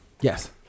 Yes